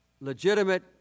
legitimate